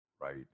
right